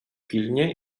pilnie